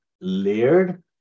layered